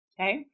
okay